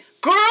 girl